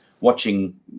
watching